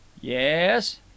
Yes